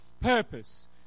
purpose